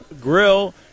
Grill